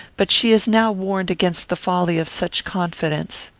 but she is now warned against the folly of such confidence.